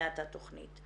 בבניית התכנית,